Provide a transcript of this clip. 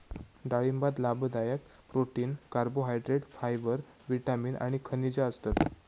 डाळिंबात लाभदायक protein, carbohydrate, fibre, vitamin आणि खनिजा असतत